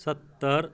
सत्तरि